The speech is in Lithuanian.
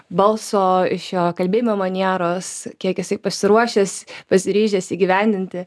balso iš jo kalbėjimo manieros kiek jisai pasiruošęs pasiryžęs įgyvendinti